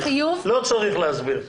לא צריך להסביר.